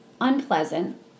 unpleasant